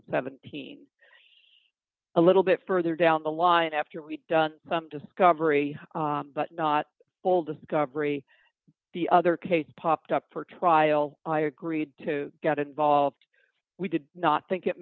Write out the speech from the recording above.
and seventeen a little bit further down the line after we've done some discovery but not full discovery the other case popped up for trial i agreed to get involved we did not think it